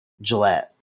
Gillette